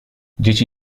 dzieci